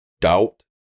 Doubt